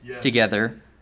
together